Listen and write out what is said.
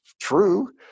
true